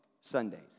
Sundays